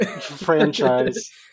franchise